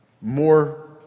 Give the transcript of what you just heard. More